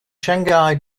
shanghai